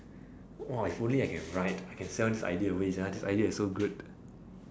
!wah! if only I can write I can sell this idea away sia this idea is so good